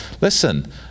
listen